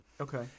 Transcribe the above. Okay